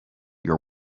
your